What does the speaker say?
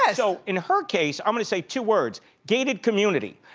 yeah so in her case, i'm gonna say two words gated community.